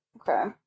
okay